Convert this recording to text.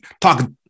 Talk